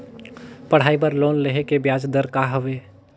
पढ़ाई बर लोन लेहे के ब्याज दर का हवे?